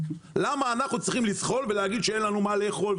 למה אנחנו צריכים לזחול ולהגיד שאין לנו מה לאכול,